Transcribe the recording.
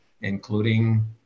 including